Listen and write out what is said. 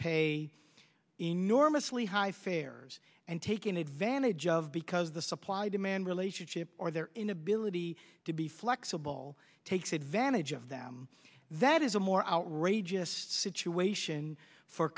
pay enormously high fares and taken advantage of because the supply demand relationship or their inability to be flexible takes advantage of them that is a more outrageous